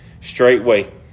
straightway